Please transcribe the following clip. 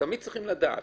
תמיד צריכים לדעת